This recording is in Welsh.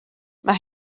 mae